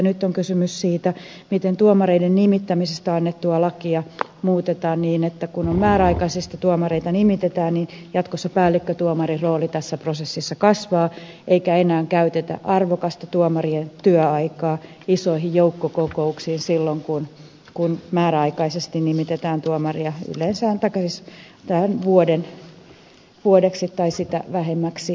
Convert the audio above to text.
nyt on kysymys siitä miten tuomareiden nimittämisestä annettua lakia muutetaan niin että kun määräaikaisesti tuomareita nimitetään niin jatkossa päällikkötuomarin rooli tässä prosessissa kasvaa eikä enää käytetä arvokasta tuomarien työaikaa isoihin joukkokokouksiin silloin kun määräaikaisesti nimitetään tuomari vuodeksi tai sitä vähemmäksi aikaa